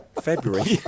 February